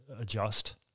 adjust